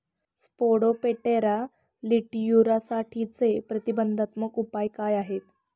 Spodoptera लिट्युरासाठीचे प्रतिबंधात्मक उपाय काय आहेत?